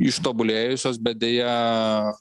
ištobulėjusios bet deja